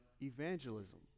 evangelism